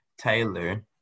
Taylor